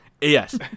Yes